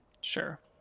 Sure